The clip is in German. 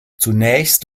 zunächst